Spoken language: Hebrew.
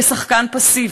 כשחקן פסיבי,